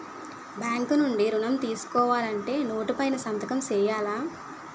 bank నుండి ఋణం తీసుకోవాలంటే నోటు పైన సంతకం సేయాల